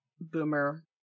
boomer